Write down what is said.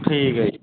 ਠੀਕ ਹੈ ਜੀ